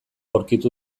aurkitu